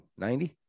90